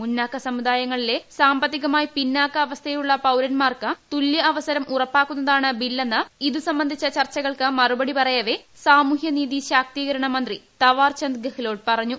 മുന്നാക്ക സമുദായങ്ങളിലെ സാമ്പത്തികമായി പിന്നാക്ക അവസ്ഥയുള്ള പൌരൻമാർക്ക് തുല്യ അവസരം ഉറപ്പാക്കുന്നതാണ് ബില്ലെന്ന് ഇതു സംബന്ധിച്ച ചർച്ചകൾക്ക് മറുപടി പറയവെ സാമൂഹൃനീതി ശാക്തീകരണ മന്ത്രി താവർ ചന്ദ് ഗെഹ്ലോട്ട് പറഞ്ഞു